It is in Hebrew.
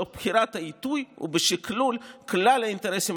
תוך בחירת העיתוי ובשקלול כלל האינטרסים